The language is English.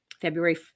February